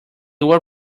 were